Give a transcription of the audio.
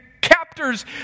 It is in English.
captors